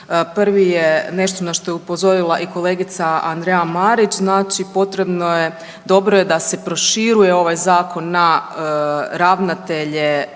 prvi je nešto na što je upozorila i kolegica Andreja Marić. Znači potrebno je, dobro je da se proširuje ovaj Zakon na ravnatelje